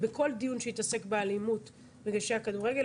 בכל דיון שיתעסק באלימות במגרשי הכדורגל,